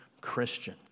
Christian